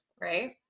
right